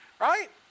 right